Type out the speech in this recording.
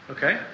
Okay